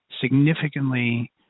significantly